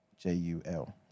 JUL